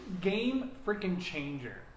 game-freaking-changer